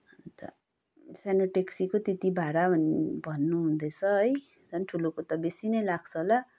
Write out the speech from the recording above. अन्त सानो ट्यक्सीको त्यति भाडा भन्नु हुँदैछ है झन ठुलोको त बेसी नै लाग्छ होला